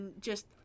just-